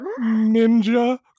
Ninja